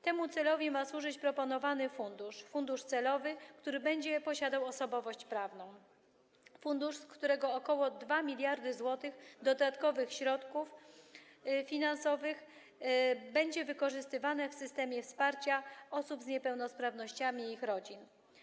Temu celowi ma służyć proponowany fundusz - fundusz celowy, który będzie posiadał osobowość prawną, fundusz, z którego ok. 2 mld zł dodatkowych środków finansowych będzie wykorzystywane w systemie wsparcia osób z niepełnosprawnościami i ich rodzin.